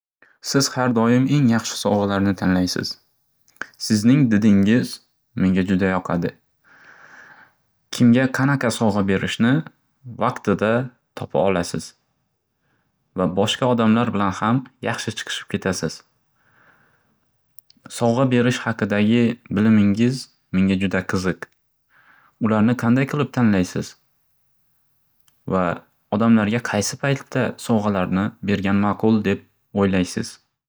Siz har doim eng yaxshi sovg'alarni tanlaysiz. Sizning didingiz menga juda yoqadi. Kimga qanaqa sovg'a berishni vaqtida topa olasiz. Va boshqa odamlar bilan ham yaxshi chiqishib ketasiz. Sovg'a berish haqidagi bilimingiz menga juda qiziq. Ularni qanday qilib tanlaysiz? Va odamlarga qaysi paytda sovg'alarni bergan maqul deb o'ylaysiz?